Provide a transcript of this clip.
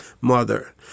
mother